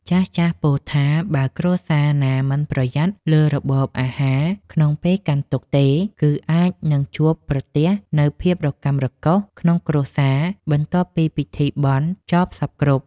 ចាស់ៗពោលថាបើគ្រួសារណាមិនប្រយ័ត្នលើរបបអាហារក្នុងពេលកាន់ទុក្ខទេ គឺអាចនឹងជួបប្រទះនូវភាពរកាំរកូសក្នុងគ្រួសារបន្ទាប់ពីពិធីបុណ្យចប់សព្វគ្រប់។